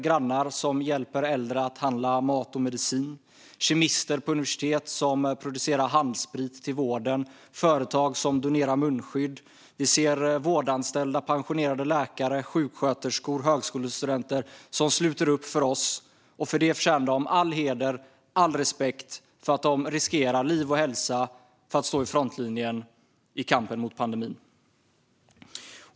Grannar hjälper äldre att handla mat och medicin, kemister på universitet producerar handsprit till vården och företag donerar munskydd. Vårdanställda pensionerade läkare och sjuksköterskor samt högskolestudenter sluter upp för oss. De förtjänar all heder och all respekt för att de riskerar liv och hälsa genom att stå i frontlinjen i kampen mot pandemin.